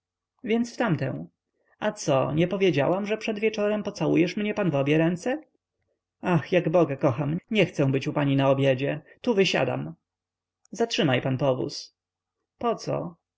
więc w tamtę a co nie powiedziałam że przed wieczorem pocałujesz mnie pan w obie ręce ach jak boga kocham nie chcę być u pani na obiedzie tu wysiadam zatrzymaj pan powóz poco no